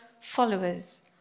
followers